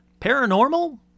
Paranormal